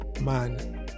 man